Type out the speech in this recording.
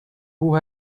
who